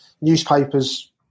newspapers